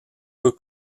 peu